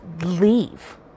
leave